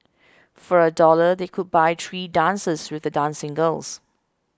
for a dollar they could buy three dances with the dancing girls